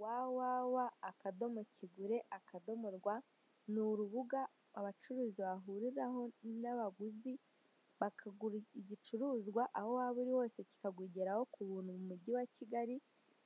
WWW akadomo kigure akadomo rwa ni urubuga abacuruzi bahuriraho n'abaguzi bakagura igicuruzwa aho waba uri hose kikagugeraho kubuntu mu mujyi wa Kigali